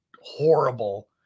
horrible